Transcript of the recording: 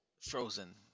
frozen